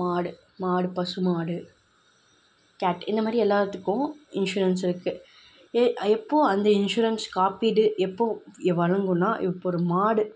மாடு மாடு பசுமாடு கேட் இந்தமாதிரி எல்லாத்துக்கும் இன்சூரன்ஸ் இருக்குது எ எப்போது அந்த இன்சூரன்ஸ் காப்பீடு எப்போது வழங்குன்னா இப்போ ஒரு மாடு